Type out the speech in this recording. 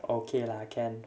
okay lah can